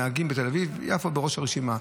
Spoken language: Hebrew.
הנהגים בתל אביב יפו בראש הרשימה.